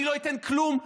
אני לא אתן כלום.